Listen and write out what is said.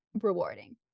rewarding